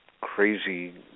crazy